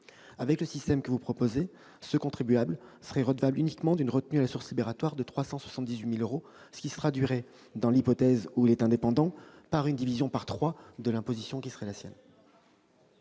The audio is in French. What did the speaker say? Avec le système que vous proposez, ce contribuable serait uniquement redevable d'une retenue à la source libératoire de 378 000 euros, ce qui se traduirait, dans l'hypothèse où il est indépendant, par une division de son imposition par trois. Et si le